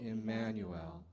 Emmanuel